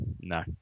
no